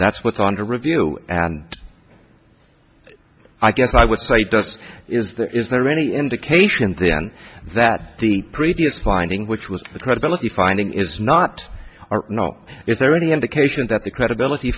that's what's under review and i guess i would say does is there is there any indication then that the previous finding which was the credibility finding is not are not is there any indication that the credibility